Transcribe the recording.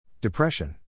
Depression